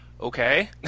okay